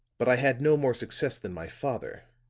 but i had no more success than my father.